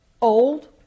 old